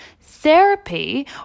therapy